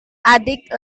adik